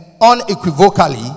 unequivocally